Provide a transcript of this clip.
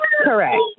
Correct